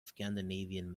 scandinavian